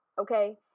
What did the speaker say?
okay